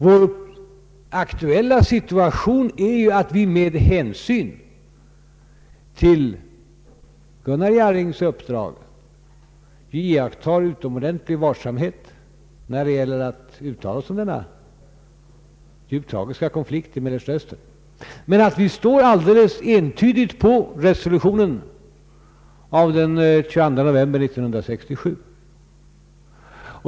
Vår aktuella situation är att vi med hänsyn till Gunnar Jarrings uppdrag bör iaktta utomordentlig varsamhet när det gäller uttalanden om den djupt tragiska konflikten i Mellersta Östern, Vi står dock alldeles entydigt fast vid FN:s resolution av den 22 november 1967.